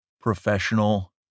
professional